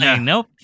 nope